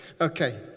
Okay